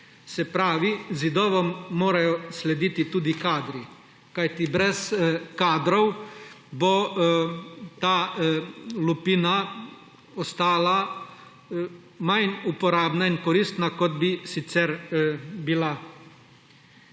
Se pravi, zidovom morajo slediti tudi kadri, kajti brez kadrov bo ta lupina ostala manj uporabna in koristna, kot bi sicer bila.